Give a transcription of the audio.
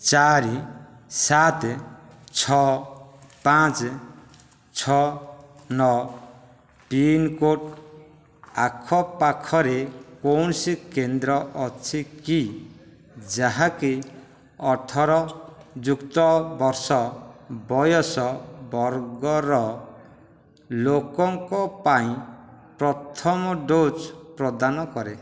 ଚାରି ସାତ ଛଅ ପାଞ୍ଚ ଛଅ ନଅ ପିନ୍କୋଡ଼୍ ଆଖପାଖରେ କୌଣସି କେନ୍ଦ୍ର ଅଛି କି ଯାହାକି ଅଠର ଯୁକ୍ତ ବର୍ଷ ବୟସ ବର୍ଗର ଲୋକଙ୍କ ପାଇଁ ପ୍ରଥମ ଡୋଜ୍ ପ୍ରଦାନ କରେ